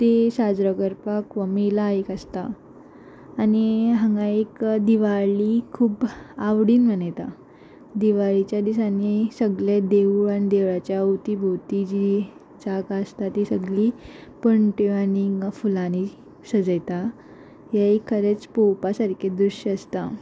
ती साजरो करपाक वा मेला एक आसता आनी हांगा एक दिवाळी खूब आवडीन मनयता दिवाळीच्या दिसांनी सगले देवूळ आनी देवळाच्या अवती भोवती जी जागां आसता ती सगळीं पणट्यो आनी फुलांनी सजयता हे खरेंच पळोवपा सारकें दृश्य आसता